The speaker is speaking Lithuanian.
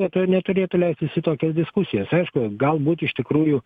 ne tai neturėtų leistis į tokias diskusijas aišku galbūt iš tikrųjų